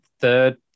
third